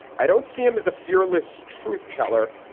i don't see him as a fearless truth teller.